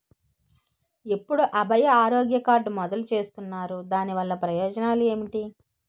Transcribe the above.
ఎప్పుడు అభయ ఆరోగ్య కార్డ్ మొదలు చేస్తున్నారు? దాని వల్ల ప్రయోజనాలు ఎంటి?